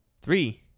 Three